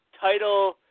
title